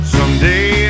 Someday